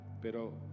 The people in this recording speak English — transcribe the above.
Pero